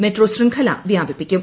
metro ശൃംഖല വ്യാപിപ്പിക്കും